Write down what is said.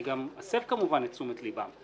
אני אסב כמובן את תשומת ליבם.